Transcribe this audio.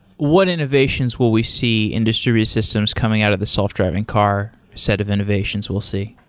what innovations will we see in distributed systems coming out of the self driving car set of innovations we'll see?